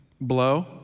blow